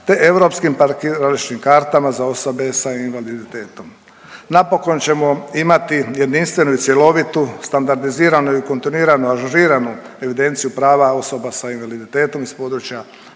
te europskim parkirališnim kartama za osove sa invaliditetom. Napokon ćemo imati jedinstvenu i cjelovitu standardiziranu i kontinuirano ažuriranu evidenciju prava osoba sa invaliditetom iz područja